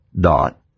dot